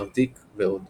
נרתיק ועוד